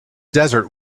desert